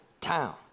town